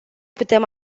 putem